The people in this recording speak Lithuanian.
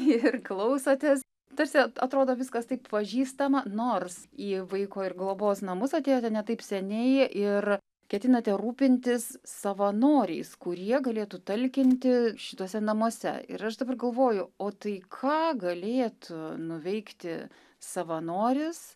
ir klausotės tarsi atrodo viskas taip pažįstama nors į vaiko ir globos namus atėjote ne taip seniai ir ketinate rūpintis savanoriais kurie galėtų talkinti šituose namuose ir aš dabar galvoju o tai ką galėtų nuveikti savanoris